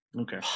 Okay